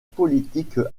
politique